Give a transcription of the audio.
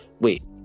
Wait